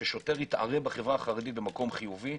ששוטר יתערה בחברה החרדית במקום חיובי,